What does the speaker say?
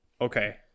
Okay